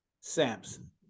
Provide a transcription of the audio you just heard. Samson